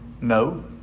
No